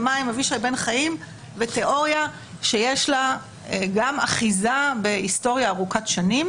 ומה עם אבישי בן חיים ותיאוריה שיש לה גם אחיזה בהיסטוריה ארוכת שנים